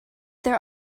their